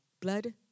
blood